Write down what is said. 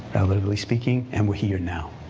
relatively speaking, and we're here now.